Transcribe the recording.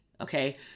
okay